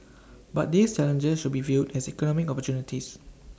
but these challenges should be viewed as economic opportunities